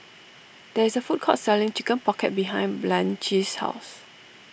there is a food court selling Chicken Pocket behind Blanchie's house